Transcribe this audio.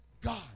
God